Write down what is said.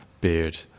beard